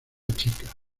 checa